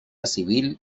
civil